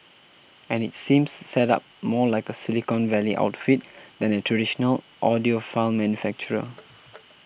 and it seems set up more like a silicon valley outfit than a traditional audiophile manufacturer